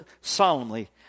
solemnly